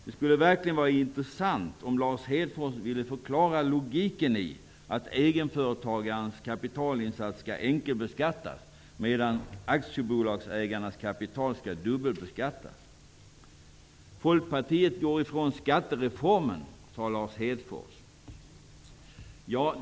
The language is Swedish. Det skulle verkligen vara intressant om Lars Hedfors ville förklara logiken i att egenföretagarens kapitalinsats skall enkelbeskattas medan aktiebolagsägarnas kapital skall dubbelbeskattas. Folkpartiet går ifrån skattereformen, sade Lars Hedfors.